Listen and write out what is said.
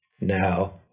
now